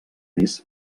més